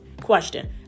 question